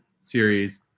series